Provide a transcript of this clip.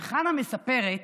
חנה מספרת